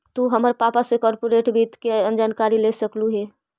तु हमर पापा से कॉर्पोरेट वित्त के जानकारी ले सकलहुं हे